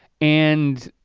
and